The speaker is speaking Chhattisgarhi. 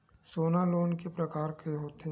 सोना लोन के प्रकार के होथे?